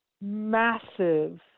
massive